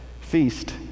feast